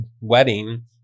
wedding